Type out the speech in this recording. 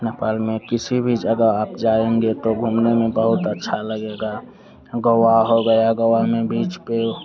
नेपाल में किसी भी जगह आप जाएँगे तो घूमने में बहुत अच्छा लगेगा हं गाेआ हो गया गोआ में बीच पर वो